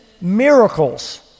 miracles